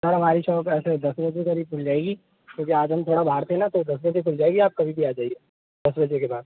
sir हमारी shop ऐसे दस बजे के करीब खुल जाएगी क्योंकि आज हम थोड़ा बाहर थे ना तो दस बजे खुल जाएगी आप कभी भी आ जाइए दस बजे के बाद